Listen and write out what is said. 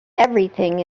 everything